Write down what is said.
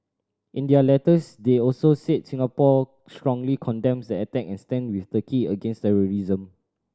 in their letters they also said Singapore strongly condemns the attack and stands with Turkey against terrorism